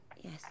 Yes